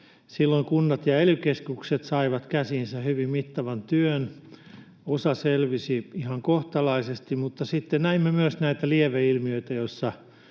Silloin kunnat ja ely-keskukset saivat käsiinsä hyvin mittavan työn. Osa selvisi ihan kohtalaisesti, mutta sitten näimme myös näitä lieveilmiöitä, joissa